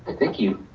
thank you.